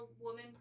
woman